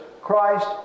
Christ